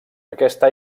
aquesta